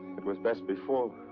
it was best before.